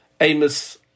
Amos